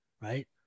right